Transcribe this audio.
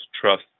trust